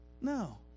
No